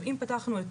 אם פתחנו את